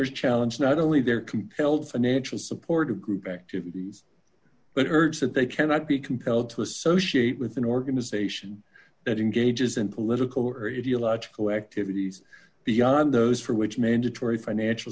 petitioners challenge not only their compelled financial support group activities but heard that they cannot be compelled to associate with an organization that engages in political or your logical activities beyond those for which mandatory financial